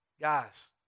Guys